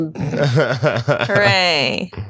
Hooray